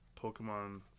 Pokemon